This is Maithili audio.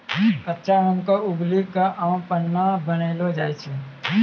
कच्चा आम क उबली कॅ आम पन्ना बनैलो जाय छै